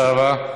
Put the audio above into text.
תודה רבה.